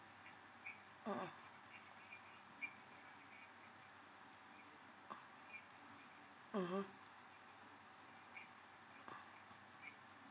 mmhmm mmhmm